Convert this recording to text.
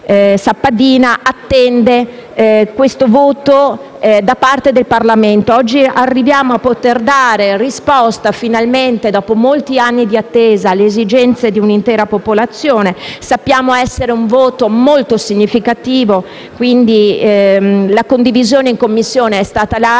attende questo voto da parte del Parlamento. Oggi arriviamo a poter dare finalmente una risposta, dopo molti anni di attesa, alle esigenze di un'intera popolazione. Sappiamo che questo è un voto molto significativo; la condivisione in Commissione è stata